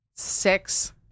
six